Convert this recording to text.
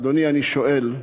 אדוני, אני שואל,